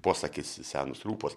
posakis senos rūpos